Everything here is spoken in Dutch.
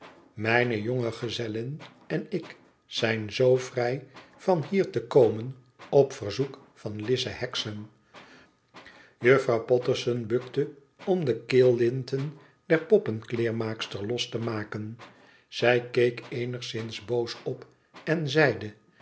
mijne jonge gezellin en ik zijn zoo vrij van hier te komen op verzoek van lize hexam juffrouw potterson bukte om de keellinten der poppenkleermaakster los te maken zij keek eenigszins boos op en zeide